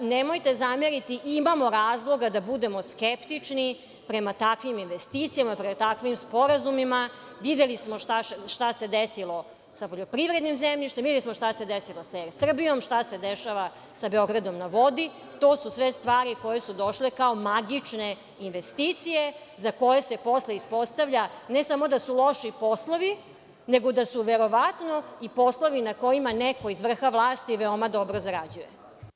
Nemojte zameriti, imamo razloga da budemo skeptični prema takvim investicijama, prema takvim sporazumima, videli smo šta se desilo sa poljoprivrednim zemljištem, videli smo šta se desilo sa Er Srbijom, šta se dešava sa „Beogradom na vodi“, to su sve stvari koje su došle kao magične investicije za koje se posle ispostavlja ne samo da su loši poslovi, nego da su verovatno i poslovi na kojima neko iz vrha vlasti veoma dobro zarađuje.